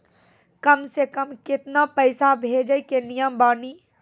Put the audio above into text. कम से कम केतना पैसा भेजै के नियम बानी?